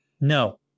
No